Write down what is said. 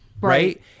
Right